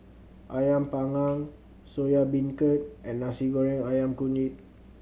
Ayam Panggang Soya Beancurd and Nasi Goreng Ayam Kunyit